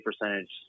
percentage